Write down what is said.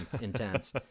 intense